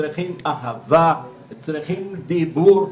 צריכים אהבה, צריכים דיבור.